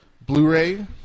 Blu-ray